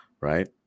Right